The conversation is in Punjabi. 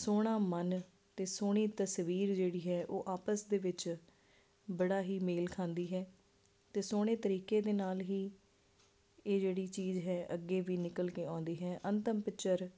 ਸੋਹਣਾ ਮਨ ਅਤੇ ਸੋਹਣੀ ਤਸਵੀਰ ਜਿਹੜੀ ਹੈ ਉਹ ਆਪਸ ਦੇ ਵਿੱਚ ਬੜਾ ਹੀ ਮੇਲ ਖਾਂਦੀ ਹੈ ਅਤੇ ਸੋਹਣੇ ਤਰੀਕੇ ਦੇ ਨਾਲ ਹੀ ਇਹ ਜਿਹੜੀ ਚੀਜ਼ ਹੈ ਅੱਗੇ ਵੀ ਨਿਕਲ ਕੇ ਆਉਂਦੀ ਹੈ ਅੰਤਿਮ ਪਿਚਰ